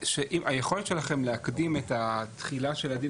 היכולת שלכם להקדים את התחילה של הדין